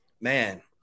man